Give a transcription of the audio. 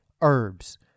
herbs